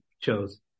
chose